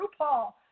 RuPaul